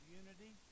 unity